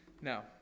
Now